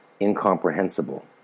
incomprehensible